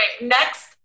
Next